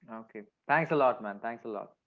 um okay. thanks a lot, man. thanks a lot.